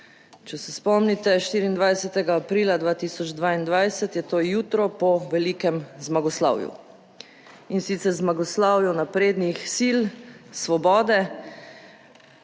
če se spomnite 24. aprila 2022, je to jutro po velikem zmagoslavju in sicer zmagoslavju naprednih sil svobode.